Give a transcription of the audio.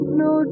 no